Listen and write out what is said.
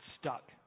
stuck